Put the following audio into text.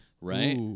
Right